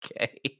Okay